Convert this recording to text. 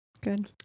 Good